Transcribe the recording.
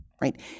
right